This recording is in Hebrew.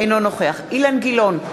אינו נוכח אילן גילאון,